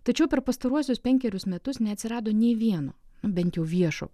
tačiau per pastaruosius penkerius metus neatsirado nė vieno bent jau viešo